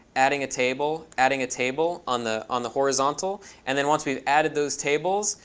adding a table, adding a table on the on the horizontal and then, once we've added those tables,